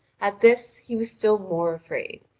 at this he was still more afraid,